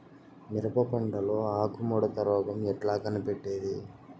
మిరప పంటలో ఆకు ముడత రోగం ఎట్లా కనిపెట్టేది?